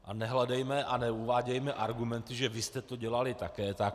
A nehledejme a neuvádějme argumenty, že vy jste to dělali také tak.